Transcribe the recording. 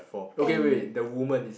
and